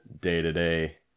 day-to-day